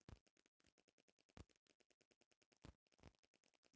निवेश के रूप में सोना के इस्तमाल ढेरे होला